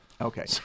Okay